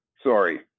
Sorry